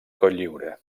cotlliure